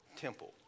temple